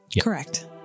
Correct